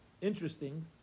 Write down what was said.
Interesting